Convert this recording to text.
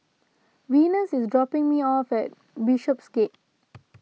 Venus is dropping me off at Bishopsgate